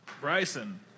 Bryson